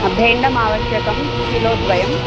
हा भेण्डम् आवश्यकं किलो द्वयम्